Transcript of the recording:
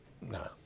no